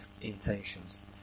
intentions